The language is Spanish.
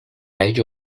ello